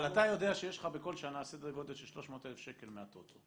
אבל אתה יודע שיש לך בכל שנה סדר גודל של 300,000 שקל מהטוטו.